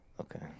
Okay